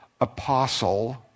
apostle